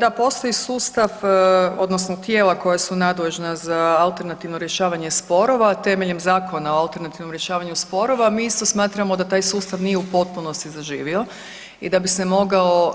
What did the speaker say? Da, postoji sustav odnosno tijela koja su nadležna za alternativno rješavanje sporova temeljem Zakona o alternativnom rješavanju sporova, mi isto smatramo da taj sustav nije u potpunosti zaživio i da bi se mogao